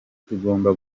tugomba